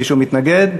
מישהו מתנגד?